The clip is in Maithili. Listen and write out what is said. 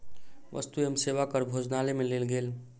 वस्तु एवं सेवा कर भोजनालय में लेल गेल